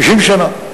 50 שנה.